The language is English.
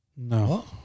No